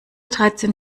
dreizehn